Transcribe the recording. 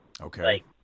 Okay